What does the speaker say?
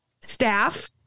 staff